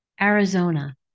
Arizona